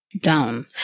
down